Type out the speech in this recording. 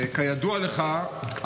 כידוע לך,